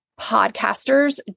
podcasters